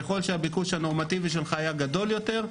ככל שהביקוש הנורמטיבי של חקלאי היה גדול יותר,